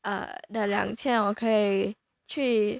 err 剩下的两千我可以去